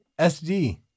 SD